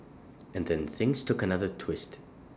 and then things took another twist